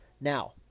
Now